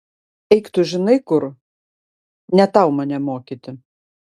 eik tu žinai kur ne tau mane mokyti